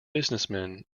businessmen